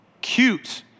cute